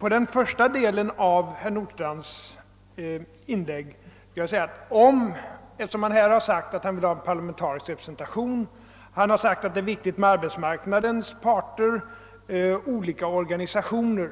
den första delen av sitt inlägg förklarar herr Nordstrandh att han vill ha en parlamentarisk representation och att det är viktigt att ha med arbetsmarknadens parter och olika organisationer.